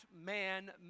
man